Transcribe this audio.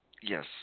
Yes